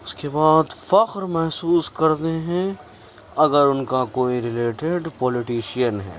اس کے بعد فخر محسوس کرتے ہیں اگر ان کا کوئی رلیٹڈ پولیٹیشین ہے